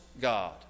God